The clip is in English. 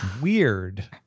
Weird